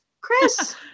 Chris